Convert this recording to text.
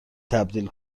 تبدیل